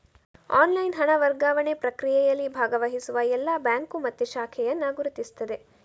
online ಹಣ ವರ್ಗಾವಣೆ ಪ್ರಕ್ರಿಯೆಯಲ್ಲಿ ಭಾಗವಹಿಸುವ ಎಲ್ಲಾ ಬ್ಯಾಂಕು ಮತ್ತೆ ಶಾಖೆಯನ್ನ ಗುರುತಿಸ್ತದೆ